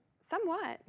Somewhat